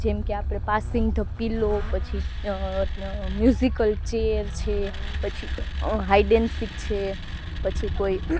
જેમ કે આપણે પાસિંગ ધ પિલ્લો પછી મ્યુઝિકલ ચેર છે પછી હાઇડ એન સિક છે પછી કોઈ